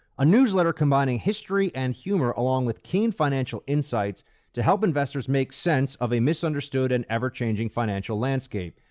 a newsletter combining history and humor, along with keen financial insights to help investors make sense of a misunderstood and ever-changing financial landscape.